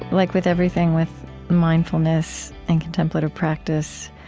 like with everything with mindfulness and contemplative practice,